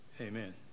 Amen